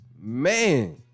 Man